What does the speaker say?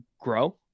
grow